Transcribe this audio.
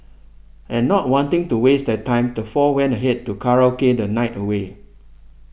and not wanting to waste their time the four went ahead to karaoke the night away